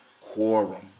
Quorum